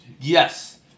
Yes